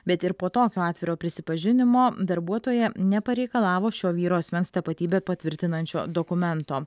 bet ir po tokio atviro prisipažinimo darbuotoja nepareikalavo šio vyro asmens tapatybę patvirtinančio dokumento